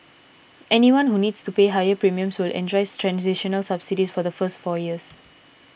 anyone who needs to pay higher premiums will enjoy transitional subsidies for the first four years